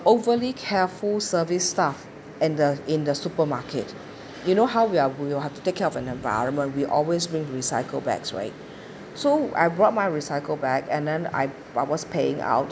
overly careful service staff and the in the supermarket you know how we are we'll have to take care of the environment we always bring recycled bags right so I brought my recycle bag and then I I was paying out